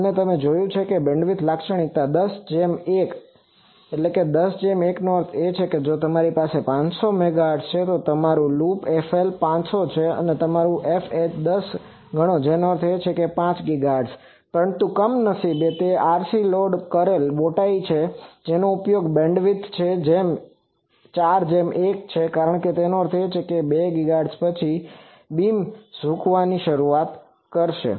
તમે જોયું છે કે બેન્ડવિડ્થ લાક્ષણિકતા 10 જેમ 1 છે 10 જેમ 1 નો અર્થ છે જો તમારી પાસે 500 મેગાહર્ટઝ છે તો તમારું લૂપ fL 500 છે અને તમારું fH 10 ગણો જેનો અર્થ 5 ગીગાહર્ટ્ઝ છે પરંતુ કમનસીબે તે RC લોડ કરેલ બોટાઈ છેજેની ઉપયોગી બેન્ડવિડ્થ છે 4 જેમ 1 છે કારણ કે તેનો અર્થ એ છે કે 2 ગીગાહર્ટ્ઝ પછી બીમ ઝુકવાની શરૂઆત થશે